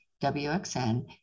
WXN